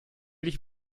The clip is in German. dich